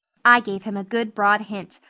i gave him a good broad hint.